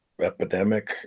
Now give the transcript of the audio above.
epidemic